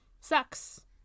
Sucks